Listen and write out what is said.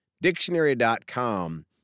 Dictionary.com